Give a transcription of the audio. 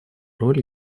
роль